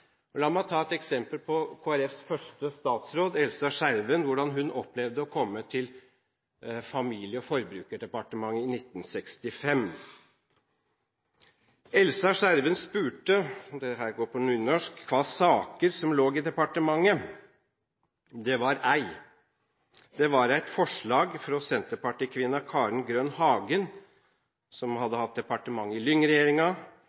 La meg ta et eksempel på Kristelig Folkepartis første statsråd, Elsa Skjerven og hvordan hun opplevde å komme til Familie- og forbrukerdepartementet i 1965: «Elsa Skjerven spurde» – og dette går på nynorsk – «kva saker som låg der. Det var éi. Det var eit forslag frå senterpartikvinna Karen Grønn-Hagen, som